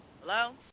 Hello